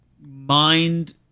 mind